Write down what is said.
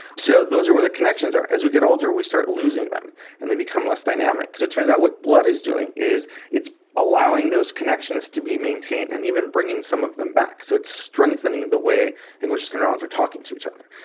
so those are where the connections are. as we get older we start losing them and they become less dynamic. so it turns out what blood is doing is it's allowing those connections to be maintained and even bringing some of them back. so it's strengthening the way in which the neurons are talking to each other.